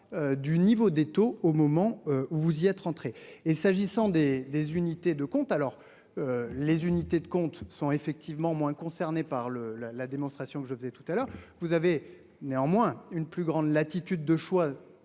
Du niveau des taux au moment, vous y êtes rentrés et s'agissant des des unités de compte alors. Les unités de compte sont effectivement moins concernée par le la la démonstration que je faisais tout à l'heure, vous avez néanmoins une plus grande latitude de choix